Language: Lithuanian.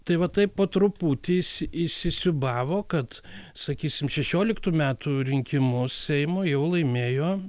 tai va taip po truputį įsi įsisiūbavo kad sakysim šešioliktų metų rinkimus seimo jau laimėjo